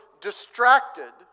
distracted